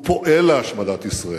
הוא פועל להשמדת ישראל.